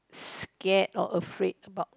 scared or afraid about